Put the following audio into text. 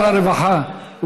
שר הרווחה,